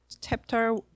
chapter